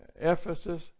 Ephesus